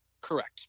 Correct